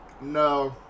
No